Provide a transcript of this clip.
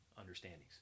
understandings